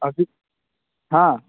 ꯍꯧꯖꯤꯛ ꯍꯥ